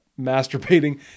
masturbating